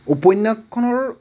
উপন্যাসখনৰ